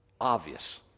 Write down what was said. obvious